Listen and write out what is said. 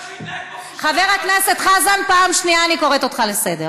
בגלל שהוא התנהג כמו פושטק.